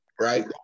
right